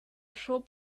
shop